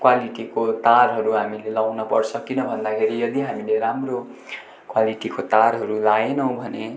क्वालिटीको तारहरू हामीले लाउनपर्छ किन भन्दाखेरि यदि हामीले राम्रो क्वालिटीको तारहरू लाएनौँ भने